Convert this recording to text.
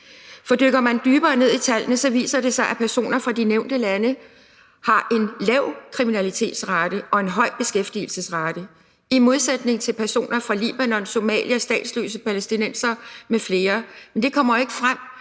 For dykker man dybere ned i tallene, viser det sig, at personer fra de nævnte lande har en lav kriminalitetsrate og en høj beskæftigelsesrate i modsætning til personer fra Libanon og Somalia og statsløse palæstinensere m.fl., men det kommer ikke frem,